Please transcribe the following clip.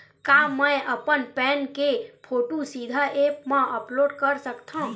का मैं अपन पैन के फोटू सीधा ऐप मा अपलोड कर सकथव?